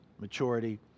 maturity